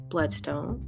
Bloodstone